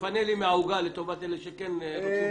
שיפנה לי מהעוגה לטובת אלה שכן רוצים פיקוח.